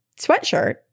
sweatshirt